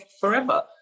forever